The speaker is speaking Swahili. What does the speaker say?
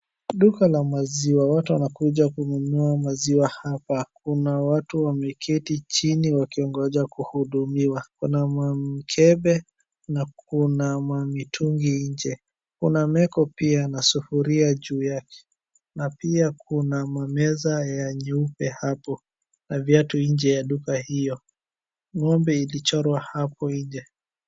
Duka la maziwa, watu wanakuja kununua maziwa hapa. Kuna watu wameketi chini wakingoja kuhudumiwa. Kuna mamikebe na Kuna mamitungi nje na Kuna meko pia sufuria juu yake na pia Kuna mameza ya nyeupe hapo Na viatu nje ya duka hio . Ng'ombe ilichorwa hapo nje.